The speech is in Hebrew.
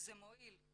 שזה מועיל,